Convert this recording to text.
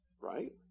right